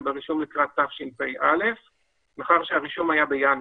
לרישום לקראת תשפ"א מאחר שהרישום היה בינואר.